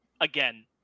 again